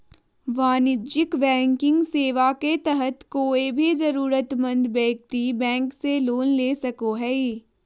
वाणिज्यिक बैंकिंग सेवा के तहत कोय भी जरूरतमंद व्यक्ति बैंक से लोन ले सको हय